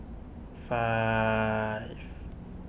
five